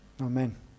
Amen